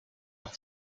auch